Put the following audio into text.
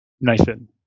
Nathan